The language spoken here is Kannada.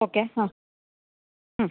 ಓಕೆ ಹಾಂ ಹ್ಞೂ